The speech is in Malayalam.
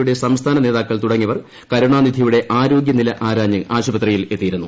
യുടെ സംസ്ഥാന നേതാക്കൾ തുടങ്ങിയവർ കരുണാനിധിയുടെ ആരോഗ്യനില ആരാഞ്ഞ് ആശുപത്രിയിലെത്തിയിരുന്നു